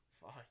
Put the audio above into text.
fuck